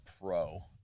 pro